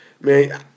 man